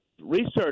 Research